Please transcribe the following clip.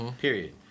period